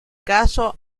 caso